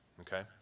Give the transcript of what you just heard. okay